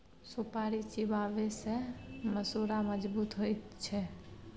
सुपारी चिबाबै सँ मसुरा मजगुत होइ छै